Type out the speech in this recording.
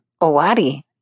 Owari